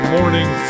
Morning